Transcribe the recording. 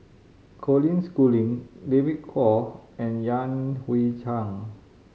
Colin Schooling David Kwo and Yan Hui Chang